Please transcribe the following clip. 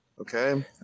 Okay